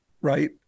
right